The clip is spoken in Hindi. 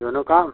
दोनों काम